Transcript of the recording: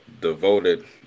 devoted